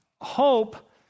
Hope